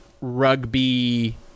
rugby